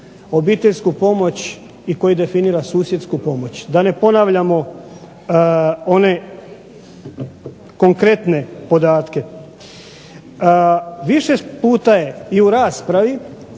obiteljsku i susjedsku pomoć, da ne ponavljamo one konkretne podatke. Više puta je u raspravi